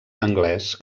anglès